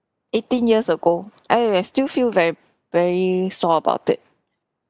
eighteen years ago and uh I still feel very very sore about it